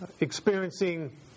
experiencing